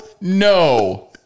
No